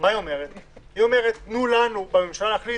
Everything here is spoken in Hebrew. היא אומרת: תנו לנו בממשלה אפשרות להחליט,